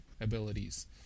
abilities